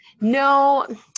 No